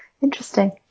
interesting